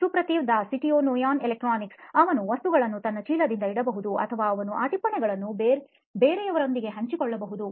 ಸುಪ್ರತಿವ್ Das CTO ನೋಯಿನ್ ಎಲೆಕ್ಟ್ರಾನಿಕ್ಸ್ಅವನು ವಸ್ತುಗಳನ್ನು ತನ್ನ ಚೀಲದಲ್ಲಿ ಇಡಬಹುದು ಅಥವಾ ಅವನು ಆ ಟಿಪ್ಪಣಿಗಳನ್ನು ಬೇರೆಯವರೊಂದಿಗೆ ಹಂಚಿಕೊಳ್ಳಬಹುದು